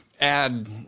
add